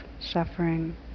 suffering